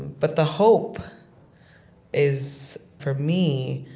but the hope is for me,